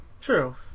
true